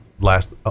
last –